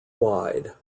wide